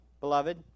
beloved